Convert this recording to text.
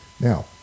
Now